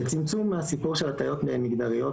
צמצום הסיפור של הטיות מגדריות,